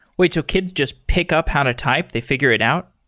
wait, so kids just pick up how to type? they figure it out?